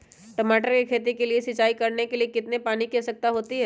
टमाटर की खेती के लिए सिंचाई करने के लिए कितने पानी की आवश्यकता होती है?